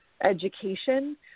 education